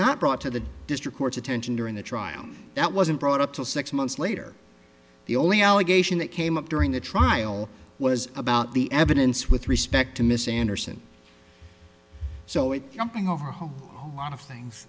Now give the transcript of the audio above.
not brought to the district court's attention during the trial that wasn't brought up to six months later the only allegation that came up during the trial was about the evidence with respect to miss anderson so it jumping over a whole lot of things